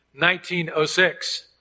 1906